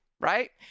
right